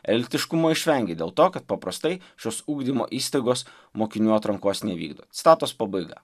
elitiškumo išvengė dėl to kad paprastai šios ugdymo įstaigos mokinių atrankos nevykdo citatos pabaiga